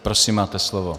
Prosím, máte slovo.